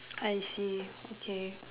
I see okay